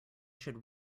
should